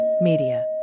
Media